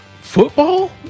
football